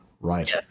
right